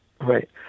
Right